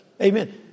Amen